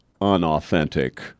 unauthentic